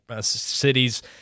cities